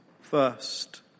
first